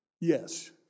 Yes